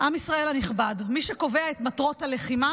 עם ישראל הנכבד, מי שקובע את מטרות הלחימה